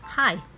Hi